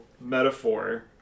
metaphor